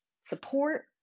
support